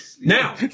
Now